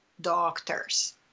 doctors